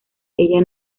ella